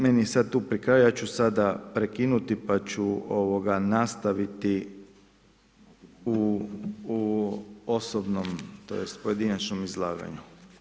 Meni je sada tu pri kraju, ja ću sada prekinuti, pa ću nastaviti u osobnom, tj. pojedinačnom izlaganju.